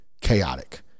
chaotic